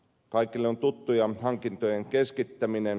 kaikille on tuttua hankintojen keskittäminen